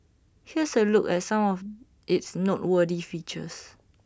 here's A look at some of its noteworthy features